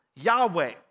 Yahweh